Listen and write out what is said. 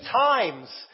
times